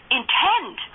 intend